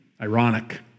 Ironic